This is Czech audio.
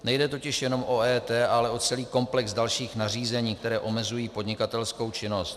Nejde totiž jenom o EET, ale o celý komplex dalších nařízení, která omezují podnikatelskou činnost.